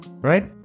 right